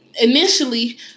initially